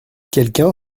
quelqu’un